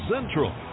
Central